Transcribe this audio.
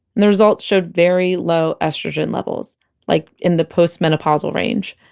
the results showed very low estrogen levels like in the postmenopausal range.